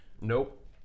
nope